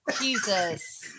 jesus